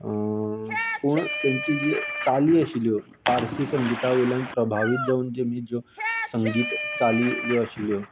पूण तेंची जी चाली आशिल्ल्यो पार्सी संगीता वयल्यान प्रभावीत जावन जेनी जो संगीत चाली ज्यो आशिल्ल्यो